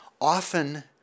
often